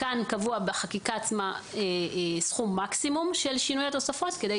כאן קבוע בחקיקה עצמה סכום מקסימום של שינוי התוספות כדי